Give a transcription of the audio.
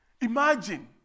Imagine